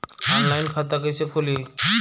Online खाता कइसे खुली?